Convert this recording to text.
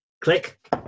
click